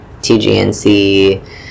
TGNC